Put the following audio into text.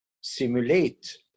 simulate